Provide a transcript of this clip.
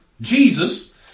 Jesus